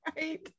Right